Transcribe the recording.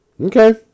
Okay